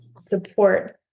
support